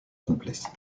complice